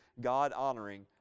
God-honoring